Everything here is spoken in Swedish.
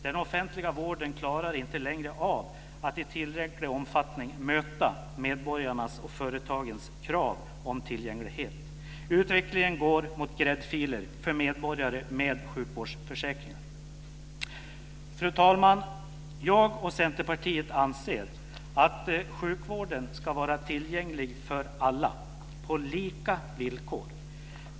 Den offentliga vården klarar inte längre av att i tillräcklig omfattning möta medborgarnas och företagens krav på tillgänglighet. Utvecklingen går mot "gräddfiler" för medborgare med sjukvårdsförsäkring. Fru talman! Jag och Centerpartiet anser att sjukvården ska vara tillgänglig för alla på lika villkor.